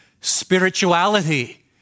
Spirituality